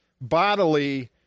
bodily